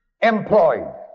employed